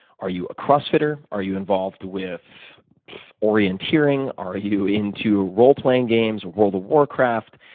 are you a cross fitter? are you involved with orienteering? are you into roll playing game or world of warcraft?